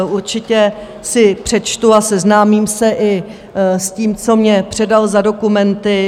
Určitě si přečtu a seznámím se i s tím, co mně předal za dokumenty.